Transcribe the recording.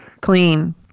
clean